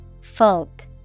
Folk